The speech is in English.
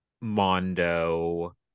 Mondo